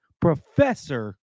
professor